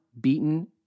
beaten